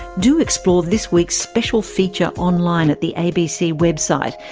do explore this week's special feature online at the abc website.